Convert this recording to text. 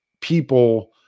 people